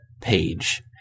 page